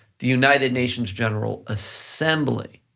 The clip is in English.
the united nations general assembly,